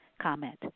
comment